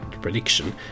prediction